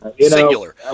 singular